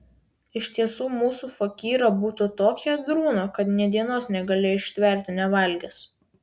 iš tiesų mūsų fakyro būta tokio ėdrūno kad nė dienos negalėjo ištverti nevalgęs